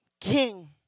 King